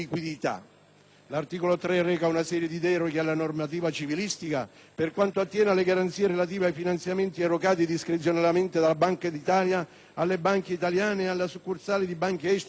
L'articolo 3 reca una serie di deroghe alla normativa civilistica, per quanto attiene alle garanzie relative ai finanziamenti erogati discrezionalmente dalla Banca d'Italia alle banche italiane e alle succursali di banche estere in Italia,